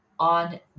on